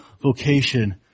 vocation